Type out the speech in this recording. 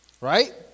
Right